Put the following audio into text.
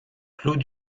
clos